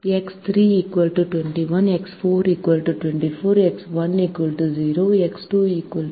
X 3 21 x 4 24 x 1 0 x 2 0